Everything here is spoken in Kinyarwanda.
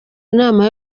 inama